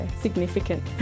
significant